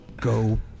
Go